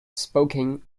spoken